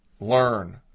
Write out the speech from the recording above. learn